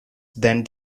then